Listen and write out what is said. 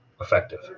effective